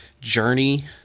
Journey